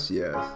yes